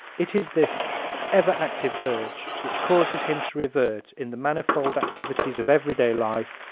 it is this ever-active urge which causes him to revert, in the manifold activities of everyday life,